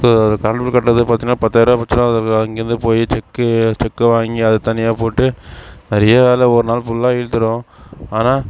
இப்போது current bill கட்டுறது பார்த்தீன்னா பத்தாயர் ரூபா வந்துச்சுன்னா அது இங்கேருந்து போய் செக்கு செக்கை வாங்கி அதை தனியாக போட்டு நிறைய வேலை ஒரு நாள் ஃபுல்லாக இழுத்துடும் ஆனால்